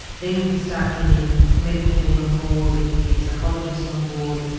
then we can start getting medical boards on board, we can get psychologists on board,